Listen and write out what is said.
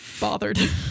bothered